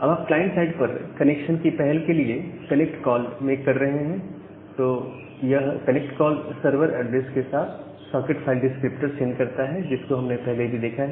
अब आप client side पर कनेक्शन की पहल के लिए कनेक्ट कॉल मेक कर रहे हैं तो यह कनेक्ट कॉल सर्वर एड्रेस के साथ सॉकेट फाइल डिस्क्रिप्टर सेंड करता है जिसको हमने पहले भी देखा है